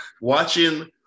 watching